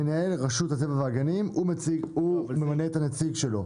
מנהל רשות הטבע והגנים ממנה את הנציג שלו.